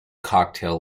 cocktail